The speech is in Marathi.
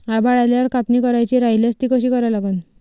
आभाळ आल्यावर कापनी करायची राह्यल्यास ती कशी करा लागन?